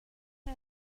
hey